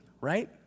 right